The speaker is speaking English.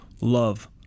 love